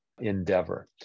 endeavor